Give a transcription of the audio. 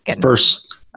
first